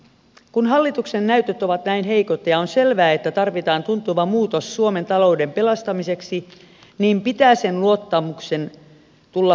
kun hallituksen näytöt ovat näin heikot ja on selvää että tarvitaan tuntuva muutos suomen talouden pelastamiseksi niin pitää sen luottamuksen tulla punnituksi